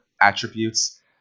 attributes